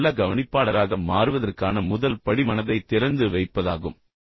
ஒரு நல்ல கவனிப்பாளராக மாறுவதற்கான முதல் படி மனதைத் திறந்து வைப்பதாகும்